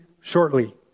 shortly